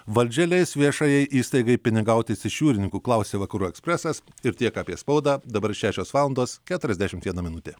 valdžia leis viešajai įstaigai pinigautis iš jūrininkų klausia vakarų ekspresas ir tiek apie spaudą dabar šešios valandos keturiasdešimt viena minutė